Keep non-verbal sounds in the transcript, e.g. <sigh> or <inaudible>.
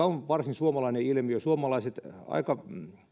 <unintelligible> on varsin suomalainen ilmiö suomalaiset aika